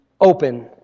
open